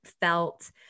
felt